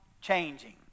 changing